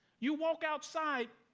you walk outside,